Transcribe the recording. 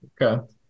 okay